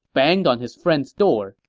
banged on his friend's door.